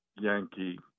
Yankee